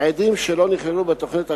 עדים שלא נכללו בתוכנית הגנה,